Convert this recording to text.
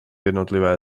jednotlivé